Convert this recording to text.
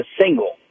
single